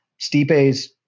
Stipe's